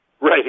Right